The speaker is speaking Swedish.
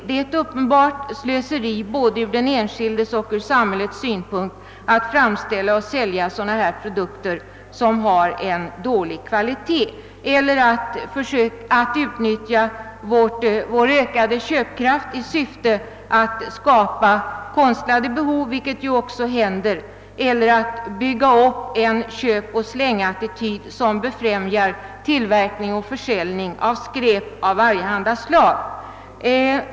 Det är ett uppenbart slöseri både ur den enskildes och samhällets synpunkt att framställa och sälja produkter av dålig kvalitet eller att utnyttja vår köpkraft för att skapa konstlade behov — något som också händer — eller att bygga upp en köpoch slängattityd som befrämjar tillverkning och försäljning av skräp av varjehanda slag.